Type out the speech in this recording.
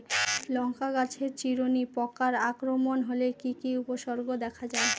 লঙ্কা গাছের চিরুনি পোকার আক্রমণ হলে কি কি উপসর্গ দেখা যায়?